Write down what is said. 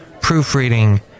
proofreading